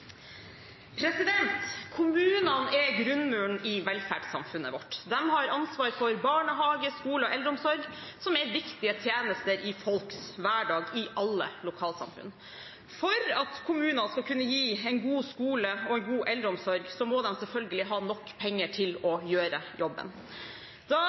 Kommunene er grunnmuren i velferdssamfunnet vårt. De har ansvar for barnehage, skole og eldreomsorg, som er viktige tjenester i folks hverdag i alle lokalsamfunn. For at kommunene skal kunne gi en god skole og en god eldreomsorg, må de selvfølgelig ha nok penger til å gjøre jobben. Da